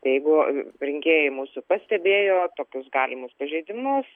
jeigu rinkėjai mūsų pastebėjo tokius galimus pažeidimus